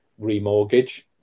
remortgage